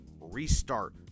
restart